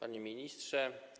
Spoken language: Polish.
Panie Ministrze!